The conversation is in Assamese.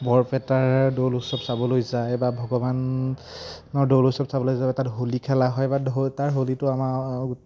বৰপেটাৰ দৌল উৎসৱ চাবলৈ যায় বা ভগৱানৰ দৌল উৎসৱ চাবলৈ যাব তাত হোলী খেলা হয় বা তাৰ হোলীটো আমাৰ